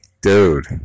Dude